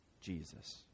Jesus